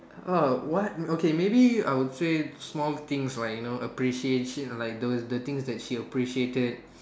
!wow! what okay maybe I would say small things like you know appreciation like those the things she appreciated